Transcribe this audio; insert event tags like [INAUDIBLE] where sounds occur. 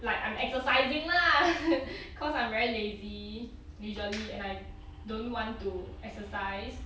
like I'm exercising lah [LAUGHS] cause I'm very lazy usually and I don't want to exercise